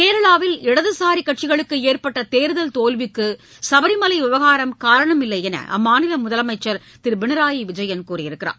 கேரளாவில் இடதுசாரிக் கட்சிகளுக்கு ஏற்பட்ட தேர்தல் தோல்விக்கு சுபரிமலை விவகாரம் காரணமில்லை என அம்மாநில முதலமைச்சர் திரு பினராயி விஜயன் தெரிவித்துள்ளார்